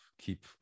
keep